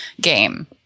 game